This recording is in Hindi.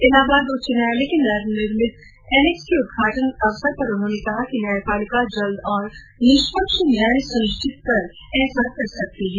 इलाहाबाद उच्च न्यायालय के नवनिर्मित एनेक्स के उद्घाटन अवसर पर उन्होंने कहा कि न्यायपालिका जल्द और निष्पक्ष न्याय सुनिश्चित कर ऐसा कर सकती है